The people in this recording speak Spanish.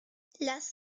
las